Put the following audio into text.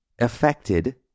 affected